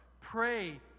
Pray